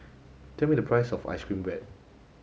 tell me the price of ice cream bread